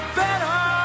better